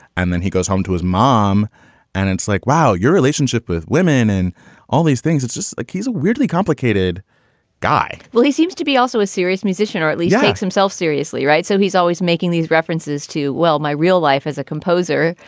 and then he goes home to his mom and it's like, wow, your relationship with women and all these things. it's just like he's a weirdly complicated guy well, he seems to be also a serious musician or at least takes himself seriously. right. so he's always making these references to, well, my real life as a composer.